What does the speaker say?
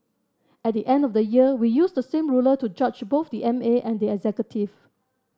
at the end of the year we use the same ruler to judge both the M A and the executive